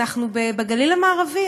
אנחנו בגליל המערבי.